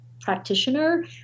practitioner